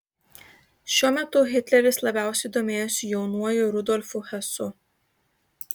šiuo metu hitleris labiausiai domėjosi jaunuoju rudolfu hesu